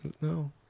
No